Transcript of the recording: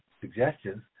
suggestions